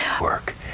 work